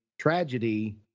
tragedy